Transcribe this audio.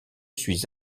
suis